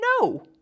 No